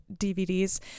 DVDs